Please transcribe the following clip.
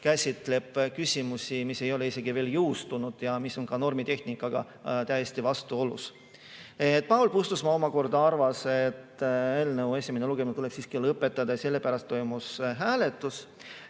käsitleb küsimusi, mis ei ole isegi veel jõustunud ja mis on ka normitehnikaga täiesti vastuolus. Paul Puustusmaa omakorda arvas, et eelnõu esimene lugemine tuleb siiski lõpetada, ja sellepärast toimus ka hääletus.